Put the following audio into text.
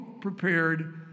prepared